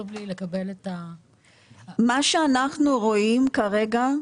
מה שאנחנו רואים כרגע,